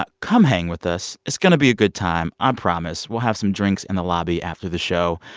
ah come hang with us. it's going to be a good time, i um promise. we'll have some drinks in the lobby after the show.